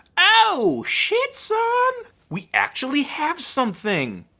oh, shit son. we actually have something.